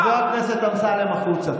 חבר הכנסת אמסלם, החוצה.